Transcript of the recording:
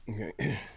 Okay